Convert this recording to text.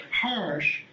harsh